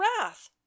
wrath